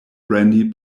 brandy